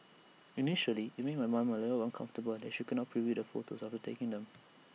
initially IT made my mom A little uncomfortable that she couldn't preview the photos after taking them